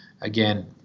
Again